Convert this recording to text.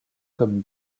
comme